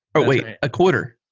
ah wait. a quarter.